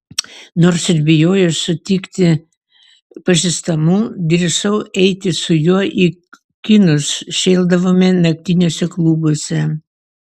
nors ir bijojau sutikti pažįstamų drįsau eiti su juo į kinus šėldavome naktiniuose klubuose